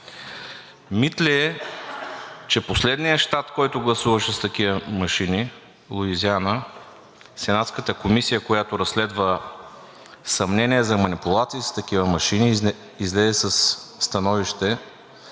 Мит ли е, че последният щат, който гласуваше с такива машини – Луизиана, сенатската комисия, която разследва съмнения за манипулации с такива машини, излезе със становище,